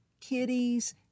kitties